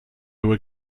were